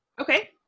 Okay